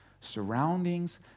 surroundings